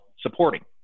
supporting